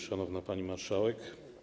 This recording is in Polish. Szanowna Pani Marszałek!